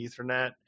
Ethernet